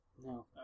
No